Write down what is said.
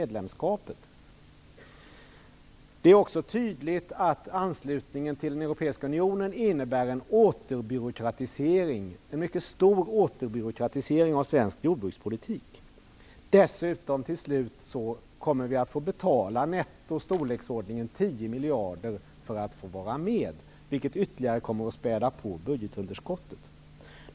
Det är också tydligt att anslutningen till den europeiska unionen innebär en mycket stor återbyråkratisering av svensk jordbrukspolitik. Slutligen kommer vi dessutom att netto få betala i storleksordningen 10 miljarder för att få vara med, vilket ytterligare kommer att späda på budgetunderskottet.